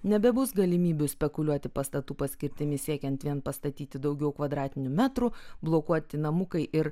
nebebus galimybių spekuliuoti pastatų paskirtimi siekiant vien pastatyti daugiau kvadratinių metrų blokuoti namukai ir